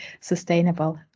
sustainable